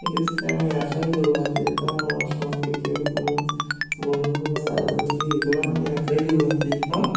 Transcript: সেক্ষেত্রে আমি একাই দৌড়াতে যেতাম আমার সঙ্গে কেউ কোনো বন্ধু বা দাদা দিদি যেত না আমি একাই দৌড়াতে যেতাম